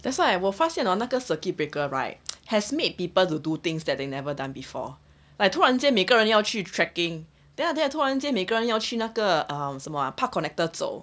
that's why 我发现 hor 那个 circuit breaker right has made people to do things that they never done before like 突然间每个人要去 trekking then after that 突然间每个人要去那个什么 park connector 走